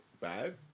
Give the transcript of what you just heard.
bad